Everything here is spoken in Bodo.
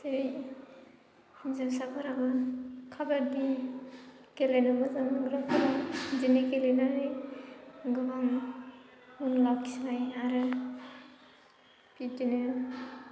जेरै हिन्जावसाफोराबो खाबादि गेलेनो मोजां मोनग्राफोरा बिदिनो गेलेनानै गोबां मुं लाखिनाय आरो बिदिनो